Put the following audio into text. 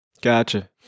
Gotcha